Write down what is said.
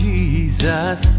Jesus